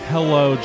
Hello